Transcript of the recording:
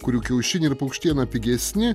kurių kiaušiniai ir paukštiena pigesni